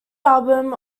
album